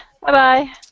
bye-bye